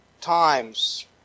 times